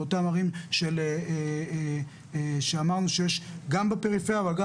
באותן ערים שאמרנו שיש גם בפריפריה אבל גם